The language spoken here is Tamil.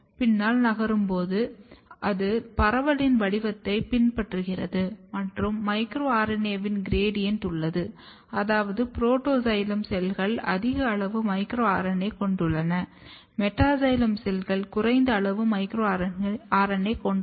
பின்னால் நகரும் போது அது பரவலின் வடிவத்தைப் பின்பற்றுகிறது மற்றும் மைக்ரோ RNAவின் கிரேட்டியன்ட் உள்ளது அதாவது புரோட்டாக்ஸைலம் செல்கள் அதிக அளவு மைக்ரோ RNA கொண்டுள்ளன மெட்டா சைலம் செல்கள் குறைந்த அளவு மைக்ரோ RNA கொண்டுள்ளன